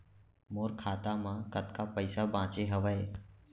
मोर खाता मा कतका पइसा बांचे हवय?